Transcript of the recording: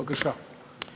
בבקשה.